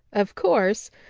of course,